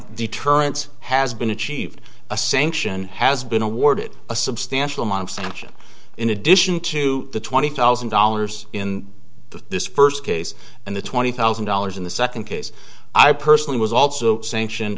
deterrence has been achieved a sanction has been awarded a substantial amount of sanction in addition to the twenty thousand dollars in this first case and the twenty thousand dollars in the second case i personally was also sanction